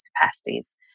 capacities